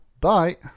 Bye